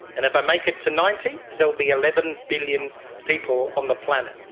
and if i make it to ninety there will be eleven billion people on the planet.